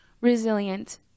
resilient